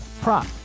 prop